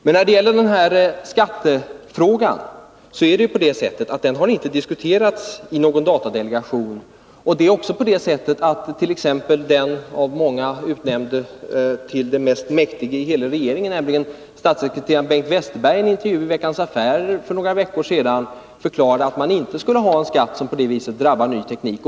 Men när det gäller skattefrågan förhåller det sig så att den inte har diskuterats i datadelegationen. Vidare har den som av många utnämnts till den mest mäktige i hela regeringen, nämligen statssekreteraren Bengt Westerberg, för några veckor sedan förklarat i Veckans Affärer att man inte skulle ha en skatt som på det sättet drabbar ny teknik.